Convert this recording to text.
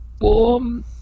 warm